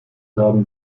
haben